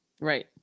right